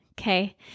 Okay